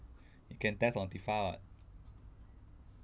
you can test on tifa [what]